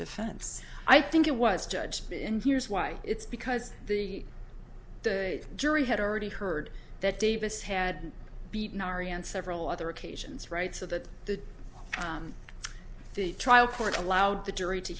defense i think it was judge and here's why it's because the jury had already heard that davis had beaten aryan several other occasions right so that the the trial court allowed the jury to